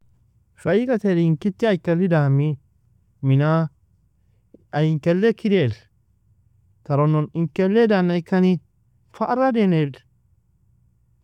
Fa igater inkiti yi kelli dami mina? Ay inkeleak idiar taronon inkelea dana ikani fa ara den il.